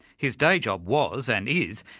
his day job was, and is,